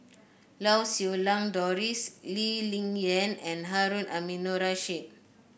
Lau Siew Lang Doris Lee Ling Yen and Harun Aminurrashid